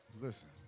listen